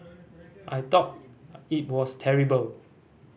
I thought it was terrible